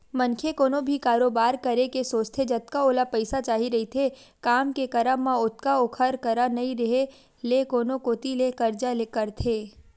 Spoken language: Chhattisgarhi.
मनखे कोनो भी कारोबार करे के सोचथे जतका ओला पइसा चाही रहिथे काम के करब म ओतका ओखर करा नइ रेहे ले कोनो कोती ले करजा करथे